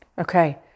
Okay